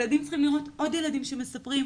ילדים צריכים לראות עוד ילדים שמספרים,